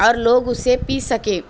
اور لوگ اسے پی سکے